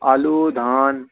আলু ধান